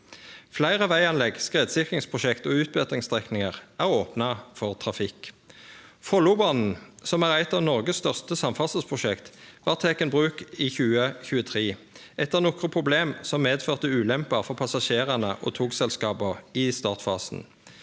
Fleire veganlegg, skredsikringsprosjekt og utbetringsstrekninger er opna for trafikk. Follobanen, som er eit av Noregs største samferdselsprosjekt, vart teken i bruk i 2023, etter nokre problem som medførte ulemper for passasjerane og togselskapa i startfasen.